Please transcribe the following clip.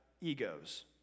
egos